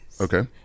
Okay